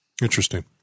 Interesting